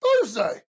Thursday